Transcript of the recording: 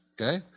Okay